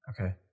Okay